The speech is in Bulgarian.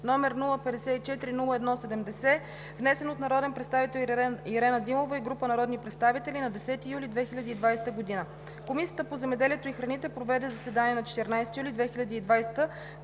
№ 054-01-70, внесен от народния представител Ирена Димова и група народни представители на 10 юли 2020 г. Комисията по земеделието и храните проведе заседание на 14 юли 2020 г., на